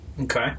Okay